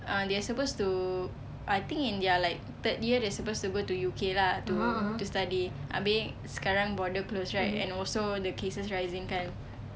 uh they are supposed to I think in their like third year they're supposed to go to U_K lah to to study abeh sekarang border closed right and also the cases rising kan